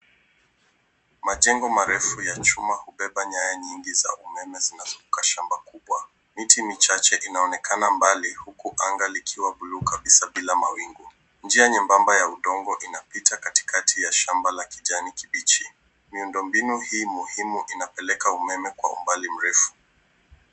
Majengo marefu ya chuma hubeba nyaya nyingi za umeme zinazukunga shamba kubwa. Miti michache inaonekana mbali huku anga likiwa bluu kabisa bila mawingu. Njia nyembamba ya udongo inapita katikati ya shamba la kijani kibichi. Miundo mbinu hii muhimu inapeleka umeme kwa umbali mrefu.